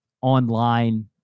online